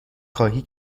خواهی